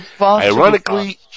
ironically